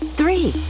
three